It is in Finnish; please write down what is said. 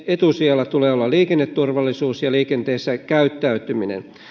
etusijalla tulee olla nimenomaan liikenneturvallisuus ja liikenteessä käyttäytyminen